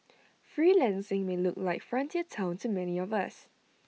freelancing may look like frontier Town to many of us